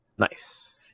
Nice